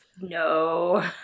no